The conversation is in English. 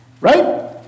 Right